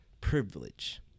privilege